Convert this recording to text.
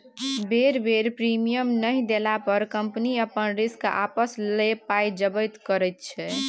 बेर बेर प्रीमियम नहि देला पर कंपनी अपन रिस्क आपिस लए पाइ जब्त करैत छै